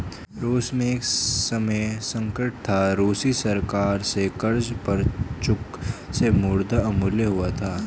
रूस में एक समय संकट था, रूसी सरकार से कर्ज पर चूक से मुद्रा अवमूल्यन हुआ था